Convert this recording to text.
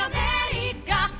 America